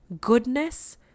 goodness